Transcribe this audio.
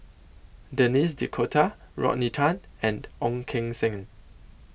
Denis D'Cotta Rodney Tan and Ong Keng Sen